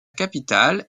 capitale